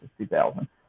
2000